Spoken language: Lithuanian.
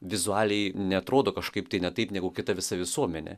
vizualiai neatrodo kažkaip tai ne taip negu kita visa visuomenė